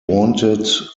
wanted